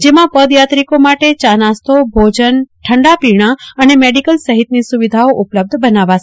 જેમા પદયાત્રીકો માટે ચા નાસ્તો ભોજન ઠડાપીણા અને મેડીકલ મહિતની સવિધાઓ ઉપલબ્ધ બનાવાશે